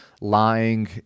lying